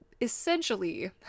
essentially